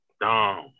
Dumb